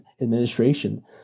administration